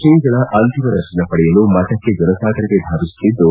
ಶ್ರೀಗಳ ಅಂತಿಮ ದರ್ಶನ ಪಡೆಯುಲು ಮಠಕ್ಕೆ ಜನಸಾಗರವೇ ಧಾವಿಸುತ್ತಿದ್ದು